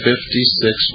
Fifty-six